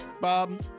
Bob